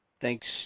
Thanks